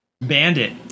Bandit